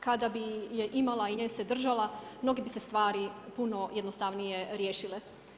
Kada bi je imala i nje se država, mnoge bi se stvari puno i jednostavnije riješile.